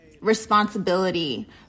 responsibility